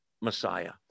Messiah